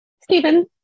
Stephen